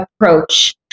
approach